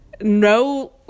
no